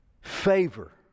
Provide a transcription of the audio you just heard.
Favor